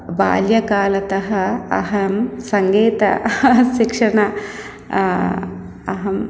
बाल्यकालतः अहं सङ्गीत शिक्षणं अहं